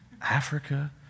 Africa